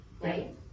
right